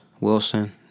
Wilson